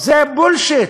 זה בולשיט,